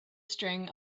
string